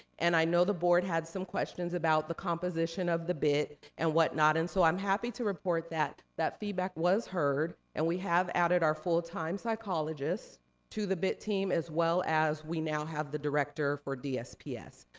and i know the board had some questions about the composition of the bit and whatnot, and so i'm happy to report that that feedback was heard, and we have added our full time psychologist to the bit team as well as we now have the director for dsps.